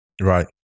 Right